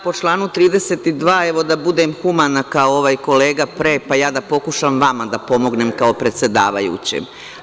Po članu 32. da budem humana kao i ovaj kolega pre, pa da pokušam vama da pomognem kao predsedavajućem.